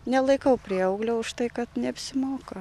nelaikau prieauglio už tai kad neapsimoka